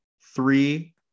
three